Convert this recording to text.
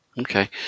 Okay